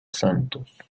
santos